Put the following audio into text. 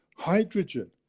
Hydrogen